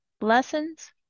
lessons